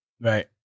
right